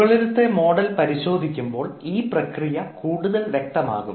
മുകളിലത്തെ മോഡൽ പരിശോധിക്കുമ്പോൾ ഈ പ്രക്രിയ കൂടുതൽ വ്യക്തമാകും